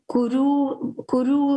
kurių kurių